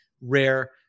rare